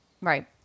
Right